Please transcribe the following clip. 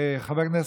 חבר הכנסת,